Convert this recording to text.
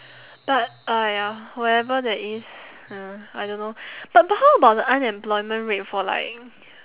but uh ya whatever that is uh I don't know but but how about the unemployment rate for like